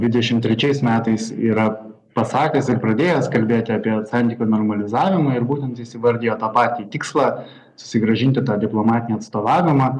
dvidešim trečiais metais yra pasakęs ir pradėjęs kalbėti apie santykių normalizavimą ir būtent jis įvardijo tą patį tikslą susigrąžinti tą diplomatinį atstovavimą